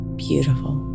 beautiful